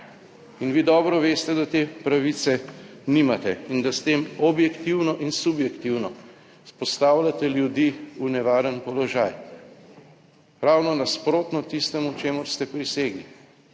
Vi dobro veste, da te pravice nimate in da s tem objektivno in subjektivno postavljate ljudi v nevaren položaj. Ravno nasprotno tistemu čemur ste prisegli.